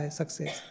success